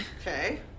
okay